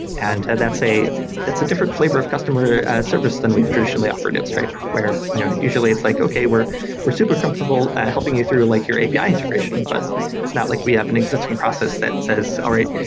and that's a that's a different flavor of customer service than we've traditionally offered at stripe where you know usually it's like, okay, we're we're super comfortable helping you through like your api integration, but it's not like we have an existing process that says, all right,